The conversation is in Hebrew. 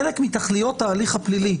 היא חלק מתכליות ההליך הפלילי.